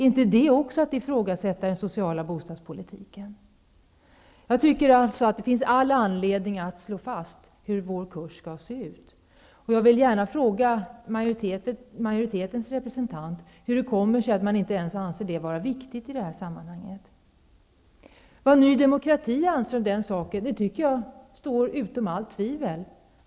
Är inte också det att ifrågasätta den sociala bostadspolitiken? Jag tycker alltså att det finns all anledning att slå fast hur vår kurs skall se ut. Jag vill gärna fråga majoritetens talesman hur det kommer sig att man inte ens anser det vara viktigt i det här sammanhanget. Vad Ny demokrati anser om den saken är, tycker jag, ställt utom allt tvivel.